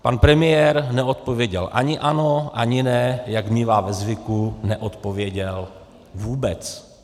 Pan premiér neodpověděl ani ano, ani ne, jak mívá ve zvyku, neodpověděl vůbec.